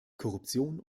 korruption